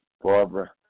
Barbara